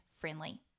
friendly